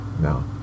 no